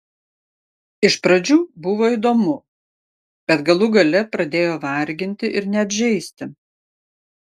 iš pradžių buvo įdomu bet galų gale pradėjo varginti ir net žeisti